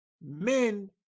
men